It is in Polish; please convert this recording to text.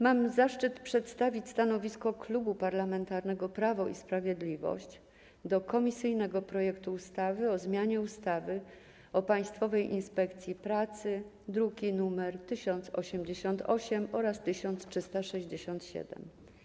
Mam zaszczyt przedstawić stanowisko Klubu Parlamentarnego Prawo i Sprawiedliwość wobec komisyjnego projektu ustawy o zmianie ustawy o Państwowej Inspekcji Pracy, druki nr 1088 oraz 1367.